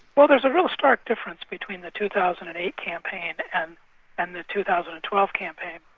well, there's a real stark difference between the two thousand and eight campaign and and the two thousand and twelve campaign.